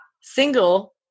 single